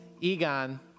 Egon